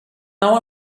hour